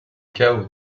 cao